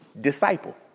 disciple